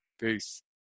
Peace